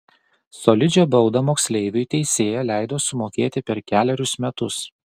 solidžią baudą moksleiviui teisėja leido sumokėti per kelerius metus